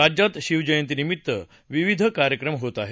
राज्यात शिवजयंतीनिमित्त सर्वत्र विविध कार्यक्रम होत आहे